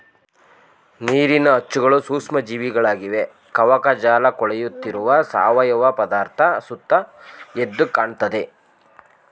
ನೀರಿನ ಅಚ್ಚುಗಳು ಸೂಕ್ಷ್ಮ ಜೀವಿಗಳಾಗಿವೆ ಕವಕಜಾಲಕೊಳೆಯುತ್ತಿರುವ ಸಾವಯವ ಪದಾರ್ಥ ಸುತ್ತ ಎದ್ದುಕಾಣ್ತದೆ